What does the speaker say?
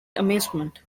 amazement